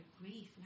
grief